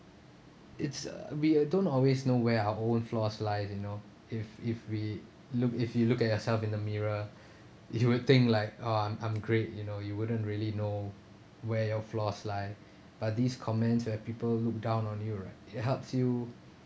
it's uh we don't always know where our own flaws lie you know if if we look if you look at yourself in the mirror you would think like um I'm great you know you wouldn't really know where your flaws lie but these comments where people look down on you right it helps you